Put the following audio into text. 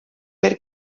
per